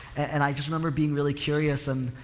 and i just remember being realty curious and,